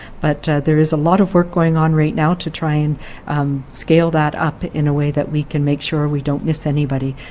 but there is a lot of work going on right now to try to and scale that up in a way that we can make sure we don't miss anybody.